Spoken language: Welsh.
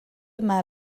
yma